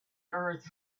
earth